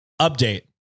Update